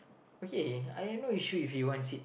okay I have no issue if he wants it